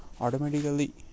automatically